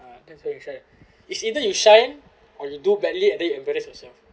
uh that's why you shine it's either you shine or you do badly and then you embarrass yourself